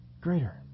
Greater